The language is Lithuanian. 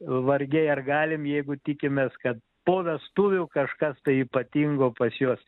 vargiai ar galim jeigu tikimės kad po vestuvių kažkas tai ypatingo pas juos